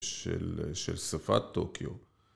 של, של שפת טוקיו